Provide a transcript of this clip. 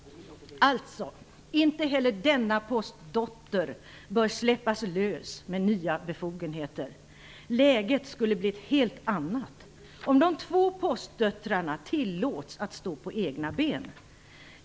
Alltså bör inte heller denna Post-dotter släppas lös med nya befogenheter. Läget skulle bli ett helt annat om de två Post-döttrarna tilläts stå på egna ben.